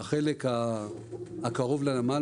במצגת אנחנו רואים את החלק הקרוב לנמל אשדוד.